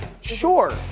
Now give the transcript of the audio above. Sure